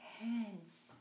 hands